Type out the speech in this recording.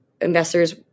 investors